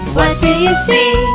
what do you see?